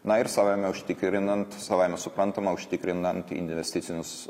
na ir savaime užtikrinant savaime suprantama užtikrinant investicinius